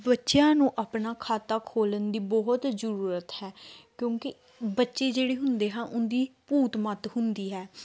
ਬੱਚਿਆਂ ਨੂੰ ਆਪਣਾ ਖਾਤਾ ਖੋਲ੍ਹਣ ਦੀ ਬਹੁਤ ਜ਼ਰੂਰਤ ਹੈ ਕਿਉਂਕਿ ਬੱਚੇ ਜਿਹੜੇ ਹੁੰਦੇ ਹਾਂ ਉਹਦੀ ਭੂਤ ਮੱਤ ਹੁੰਦੀ ਹੈ